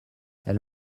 elle